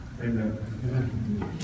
amen